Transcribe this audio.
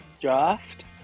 draft